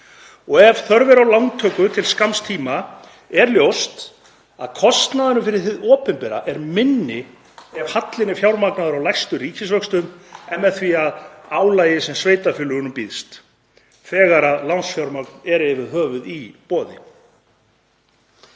Og ef þörf er á lántöku til skamms tíma er ljóst að kostnaðurinn fyrir hið opinbera er minni ef hallinn er fjármagnaður á lægstu ríkisvöxtum en með því álagi sem sveitarfélögum býðst, þegar lánsfjármagn er yfir höfuð til